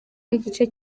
igice